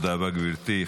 תודה רבה, גברתי.